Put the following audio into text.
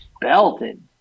belted